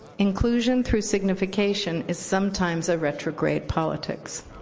inclusion through signification is sometimes a retrograde politics.